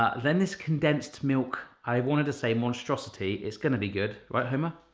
ah then this condensed milk i wanted to say monstrosity. it's gonna be good, right homer?